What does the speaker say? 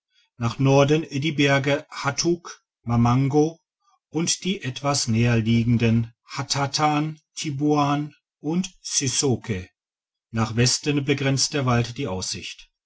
nach norden die berge hatuk mamango und die etwas näher liegenden hattatan tiboan und cisoque nach westen begrenzte der wald die aussicht